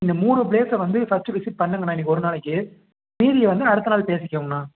இந்த மூணு ப்ளேஸ்ஸை வந்து ஃபர்ஸ்ட்டு விசிட் பண்ணுங்கண்ணா இன்னைக்கு ஒரு நாளைக்கு மீதியை வந்து அடுத்த நாள் பேசிக்கோங்கண்ணா